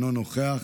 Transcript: אינו נוכח,